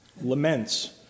laments